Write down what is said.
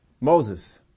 Moses